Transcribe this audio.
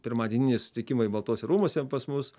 pirmadieniniai susitikimai baltuosiuose rūmuose pas mus